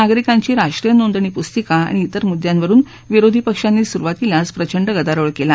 नागरीकांची राष्ट्रीय नोंदणी पुस्तिका आणि इतर मुद्यांवरुन विरोधी पक्षांनी सुरुवातीलाच प्रचंड गदारोळ केला